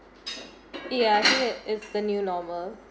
ya I think is is the new normal